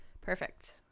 perfect